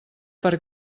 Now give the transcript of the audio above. per